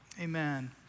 Amen